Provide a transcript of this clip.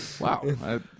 Wow